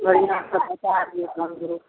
बढ़िआँ